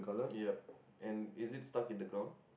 yup and is it stuck in the ground